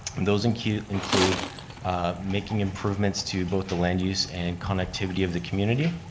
and those include include making improvements to both the land use and connectivity of the community,